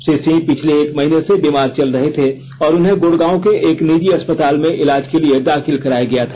श्री सिंह पिछले एक महीने से बीमार चल रहे थे और उन्हें गुड़गांव के एक निजी अस्पताल में इलाज के लिए दाखिल कराया गया था